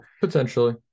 potentially